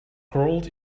crawled